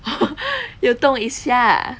运动一下